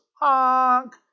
honk